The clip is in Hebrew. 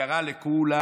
וקרא לכולם,